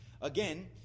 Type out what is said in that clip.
Again